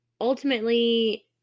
ultimately